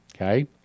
okay